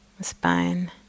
Spine